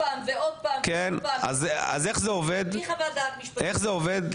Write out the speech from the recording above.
איך זה עובד?